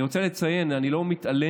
אני רוצה לציין, אני לא מתעלם,